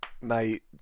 mate